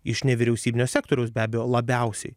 iš nevyriausybinio sektoriaus be abejo labiausiai